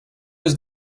was